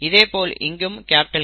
இதே போல் இங்கும் Hh